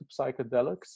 psychedelics